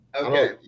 Okay